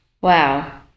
Wow